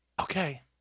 Okay